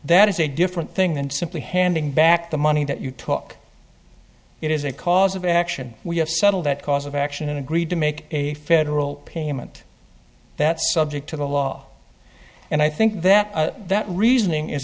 that is a different thing than simply handing back the money that you took it is a cause of action we have settled that cause of action and agreed to make a federal payment that's subject to the law and i think that that reasoning is